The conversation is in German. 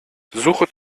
suche